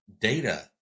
data